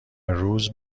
روز